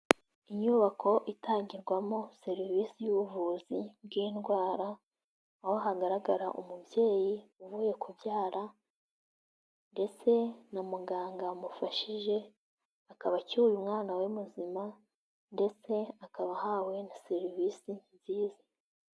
Inyubako itangirwamo serivisi y'ubuvuzi bw'indwara, aho hagaragara umubyeyi uvuye kubyara ndetse na muganga wamufashije, akaba acyuye umwana we muzima ndetse akaba ahawe na serivisi nziza.